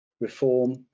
reform